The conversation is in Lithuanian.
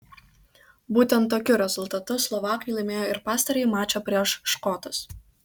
būtent tokiu rezultatu slovakai laimėjo ir pastarąjį mačą prieš škotus